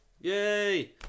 Yay